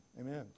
amen